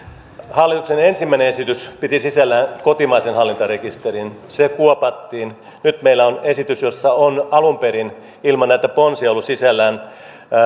hallituksen ensimmäinen esitys piti sisällään kotimaisen hallintarekisterin se kuopattiin nyt meillä on esitys jossa on alun perin ilman näitä ponsia ollut